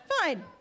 Fine